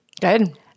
good